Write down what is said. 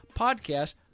podcast